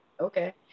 okay